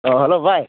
ꯑꯣ ꯍꯂꯣ ꯚꯥꯏ